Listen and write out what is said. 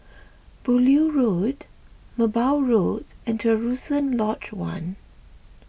Beaulieu Road Merbau Road and Terusan Lodge one